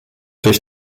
durch